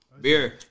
Beer